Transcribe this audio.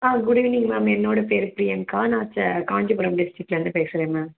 ஆ good evening ma'am என்னோடய பேர் பிரியங்கா நான் செ காஞ்சிபுரம் டிஸ்ட்ரிக்ட்லேருந்து பேசுகிறேன் மேம்